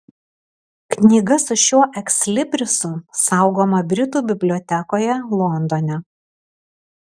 knyga su šiuo ekslibrisu saugoma britų bibliotekoje londone